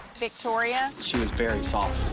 victoria? she was very soft.